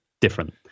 different